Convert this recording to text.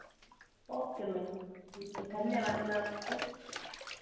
okay ma'am धन्यवाद ma'am आपकी